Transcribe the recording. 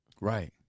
Right